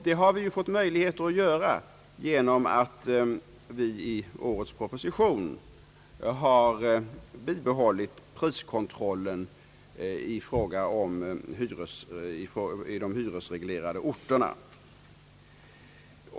Det har vi ju fått möjligheter att göra genom att vi i årets proposition bibehållit priskontrollen i de hyresreglerade orterna.